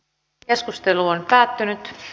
keskustelu päättyi